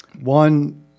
One